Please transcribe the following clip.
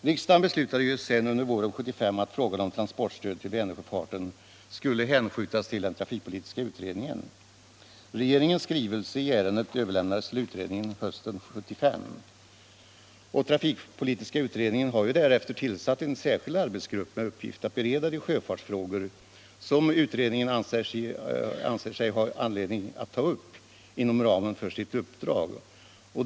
Riksdagen beslutade ju sedan under våren 1975 att frågan om transportstöd till Vänersjöfarten skulle hänskjutas till trafikpolitiska utredningen. Regeringens skrivelse i ärendet överlämnades till utredningen hösten 1975. Trafikpolitiska utredningen har därefter tillsatt en särskild arbetsgrupp med uppgift att bereda de sjöfartsfrågor som utredningen anser sig ha anledning att ta upp inom ramen för sitt uppdrag.